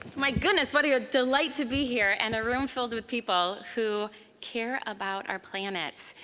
my goodness, what a ah delight to be here, and a room filled with people who care about our planet,